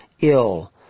ill